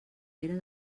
pere